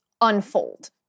unfold